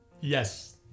Yes